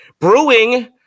brewing